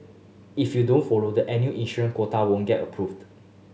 if you don't follow the annual issuance quota won't get approved